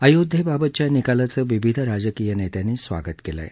अयोध्येबाबतच्या निकालाचं विविध राजकीय नेत्यांनी स्वागत केलं आहे